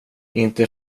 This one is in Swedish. inte